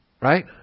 Right